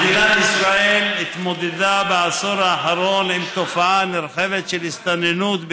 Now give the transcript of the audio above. מדינת ישראל התמודדה בעשור האחרון עם תופעה נרחבת של הסתננות,